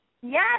Yes